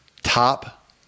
Top